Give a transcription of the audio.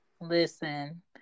Listen